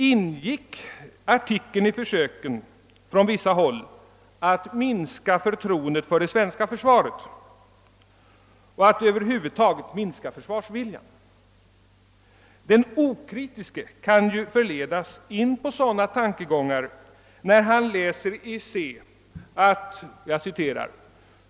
Ingick artikeln i försöken från vissa håll att minska förtroendet för det svenska försvaret och att över huvud taget minska försvarsviljan? Den okritiske kan förledas in på sådana tankegångar när han läser Se.